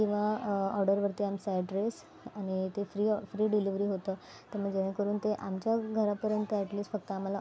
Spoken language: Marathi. किंवा ऑर्डरवरती आमचा ॲड्रेस आणि ते फ्री फ्री डीलेवरी होतं त्यामुळे जेणेकरून ते आमच्या घरापर्यंत ॲड्रेस फक्त आम्हाला